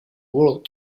world